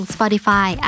Spotify